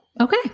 Okay